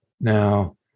Now